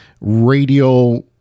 radio